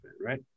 right